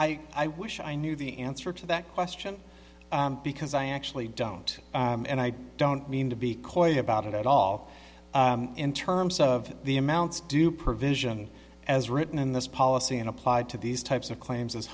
i i wish i knew the answer to that question because i actually don't and i don't mean to be coy about it at all in terms of the amounts due provision as written in this policy and applied to these types of claims as